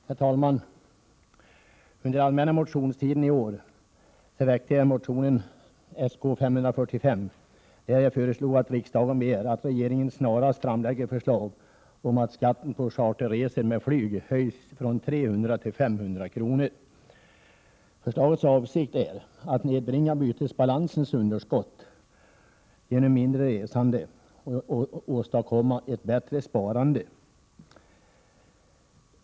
Herr talman! Under allmänna motionstiden i år väckte jag motionen Sk54S5, där jag föreslog att riksdagen begär att regeringen snarast framlägger förslag om att skatten på charterresor med flyg höjs från 300 kr. till 500 kr. Avsikten med förslaget är att nedbringa bytesbalansens underskott genom mindre resande och åstadkomma ett bättre sparande.